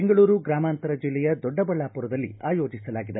ಬೆಂಗಳೂರು ಗ್ರಾಮಾಂತರ ಜಿಲ್ಲೆಯ ದೊಡ್ಡಬಳ್ಳಾಪುರದಲ್ಲಿ ಆಯೋಜಿಸಲಾಗಿದೆ